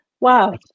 Wow